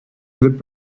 this